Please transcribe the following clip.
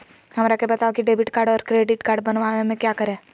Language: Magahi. हमरा के बताओ की डेबिट कार्ड और क्रेडिट कार्ड बनवाने में क्या करें?